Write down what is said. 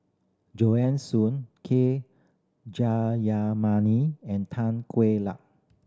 Joan Soon K Jayamani and Tan Kueh Luck